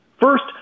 First